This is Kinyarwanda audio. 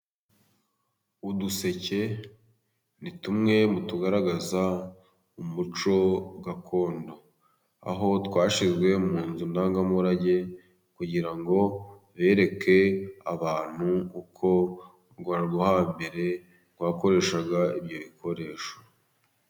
Uduseke ni tumwe mu tugaragaza umuco gakondo. Aho twashyizwe mu nzu ndangamurage kugira ngo bereke abantu uko u Rwanda rwo hambere rwakoreshaga ibyo bikoresho.